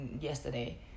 yesterday